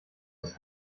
ist